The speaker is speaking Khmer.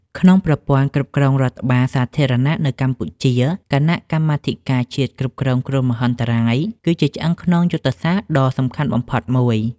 ក្នុងប្រព័ន្ធគ្រប់គ្រងរដ្ឋបាលសាធារណៈនៅកម្ពុជា គណៈកម្មាធិការជាតិគ្រប់គ្រងគ្រោះមហន្តរាយ គឺជាឆ្អឹងខ្នងយុទ្ធសាស្ត្រដ៏សំខាន់បំផុតមួយ។